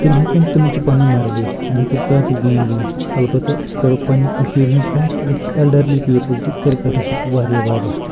تِم ہیٚکن تِمن چھِ پَنٕنۍ مرضی تِم ہیٚکن کانٛہہ تہِ گیم گِنٛدِتھ اَلبَتہ أسۍ کَرو پَننہِ کٔشیٖرِ ہِنٛز کَتھ ییٚتہِ چھِ ایلڈَرلی پیٖپٕل تہِ کِرکَٹَس سۭتۍ واریاہ وابسطہٕ